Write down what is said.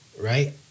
right